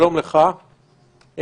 מנהל יחידת הפיקוח, שלום לך,